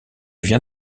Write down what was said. viens